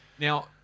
Now